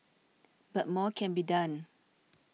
but more can be done